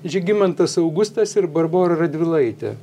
žygimantas augustas ir barbora radvilaitė